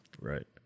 Right